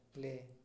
play